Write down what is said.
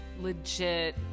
legit